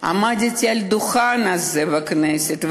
עמדתי על הדוכן הזה בכנסת,